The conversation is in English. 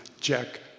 Jack